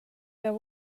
there